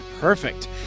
perfect